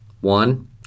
One